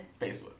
facebook